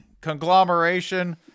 conglomeration